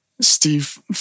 Steve